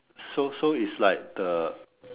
so so is like the